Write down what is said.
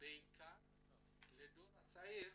בעיקר לדור הצעיר